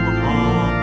home